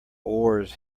oars